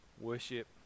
worship